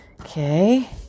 okay